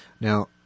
Now